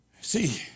See